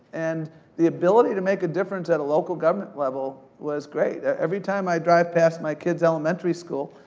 and the ability to make a different at a local government level was great. every time i drive past my kids' elementary school,